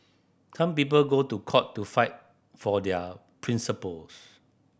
some people go to court to fight for their principles